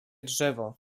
drzewo